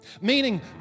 Meaning